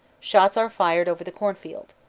shots are fired over the cornfield.